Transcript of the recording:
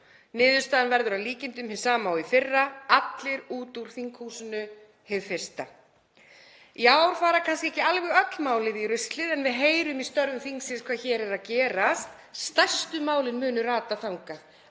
Niðurstaðan verður að líkindum hin sama og í fyrra: Allir út úr þinghúsinu hið fyrsta. Í ár fara kannski ekki alveg öll málin í ruslið en við heyrum í störfum þingsins hvað hér er að gerast; stærstu málin munu rata þangað.